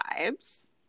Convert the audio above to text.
vibes